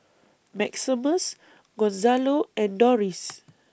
Maximus Gonzalo and Doris